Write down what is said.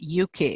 UK